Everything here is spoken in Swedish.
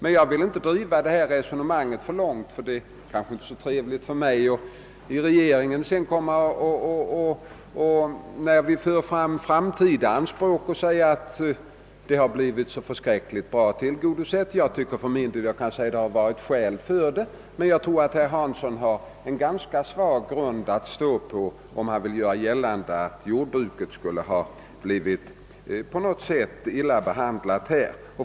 Jag vill emellertid inte driva detta resonemang för långt — det är kanske inte så trevligt för mig att säga att kraven blivit så förskräckligt bra tillgodosedda, när jag sedan i regeringen skall föra fram kommande anspråk. Jag tycker dock att herr Hansson i Skegrie har en ganska svag grund att stå på om han gör gällande att jordbrukets forskning blivit illa behandlad.